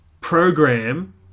program